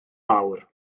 mawr